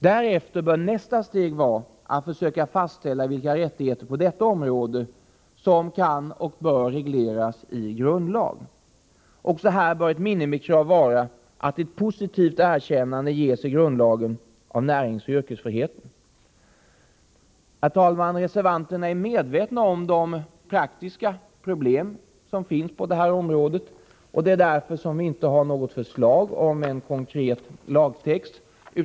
Nästa steg bör vara att söka fastställa vilka rättigheter på detta område som kan och bör regleras i grundlag. Också här bör ett minimikrav vara att ett positivt erkännande av näringsoch yrkesfriheten ges i grundlag. Herr talman! Reservanterna är medvetna om de praktiska problem som finns på detta område, och det är därför som vi inte har lämnat något förslag till konkret lagtext.